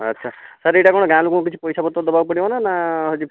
ଆଚ୍ଛା ସାର୍ କଣ ଏହିଟା ଗାଁ ଲୋକଙ୍କୁ କିଛି ପଇସା ପତ୍ର ଦେବାକୁ ପଡ଼ିବ ନା ନା ହେଉଛି